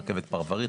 רכבת פרברית,